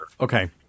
Okay